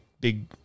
big